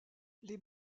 les